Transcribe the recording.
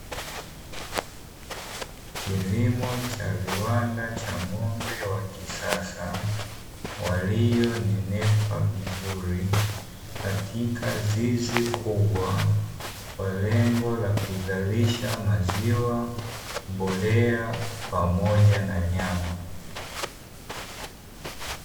Kilimo cha viwanda cha ng'ombe wa kisasa walionenepa vizuri katika zizi kubwa kwa lengo la kuzalisha maziwa, mbolea, pamoja na nyama.